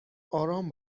آرام